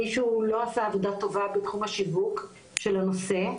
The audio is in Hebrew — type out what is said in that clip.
מישהו לא עשה עבודה טובה בתחום השיווק של הנושא,